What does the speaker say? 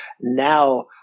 now